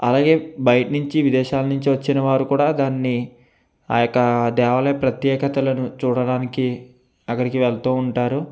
అలాగే బయటి నుంచి విదేశాల నుంచి వచ్చిన వారు కూడా దాన్ని ఆ యొక్క దేవాలయ ప్రత్యేకతలను చూడడానికి అక్కడికి వెళుతు ఉంటారు